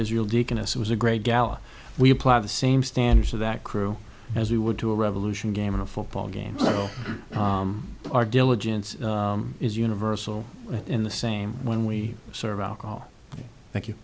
israel deaconess it was a great gala we apply the same standards to that crew as we would to a revolution game in a football game so our diligence is universal in the same when we serve alcohol